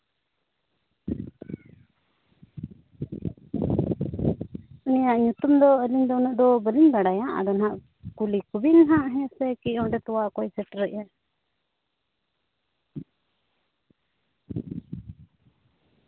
ᱩᱱᱤᱭᱟᱜ ᱧᱩᱛᱩᱢ ᱟᱹᱞᱤᱧ ᱫᱚ ᱩᱱᱟᱹᱜ ᱫᱚ ᱵᱟᱹᱞᱤᱧ ᱵᱟᱲᱟᱭᱟ ᱟᱫᱚ ᱱᱟᱦᱟᱸᱜ ᱠᱩᱞᱤ ᱠᱚᱵᱤᱱ ᱦᱟᱸᱜ ᱦᱮᱸᱥᱮ ᱠᱤ ᱚᱸᱰᱮ ᱛᱚᱣᱟ ᱚᱠᱚᱭᱮ ᱥᱮᱴᱮᱨᱮᱫᱼᱟ